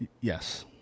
Yes